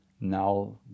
Now